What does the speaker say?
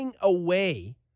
away